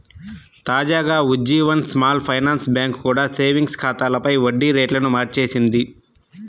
తాజాగా Ujjivan small finance bank కూడా savings ఖాతాలపై వడ్డీ రేట్లను మార్చేసింది